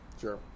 Sure